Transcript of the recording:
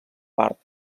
part